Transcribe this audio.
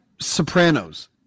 Sopranos